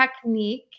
technique